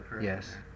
yes